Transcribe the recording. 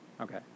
Okay